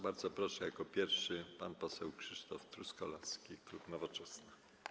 Bardzo proszę, jako pierwszy pan poseł Krzysztof Truskolaski, klub Nowoczesna.